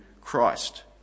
Christ